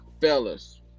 fellas